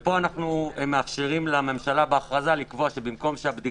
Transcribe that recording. פה אנחנו מאפשרים לממשלה לקבוע בהכרזה,